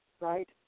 right